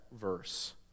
verse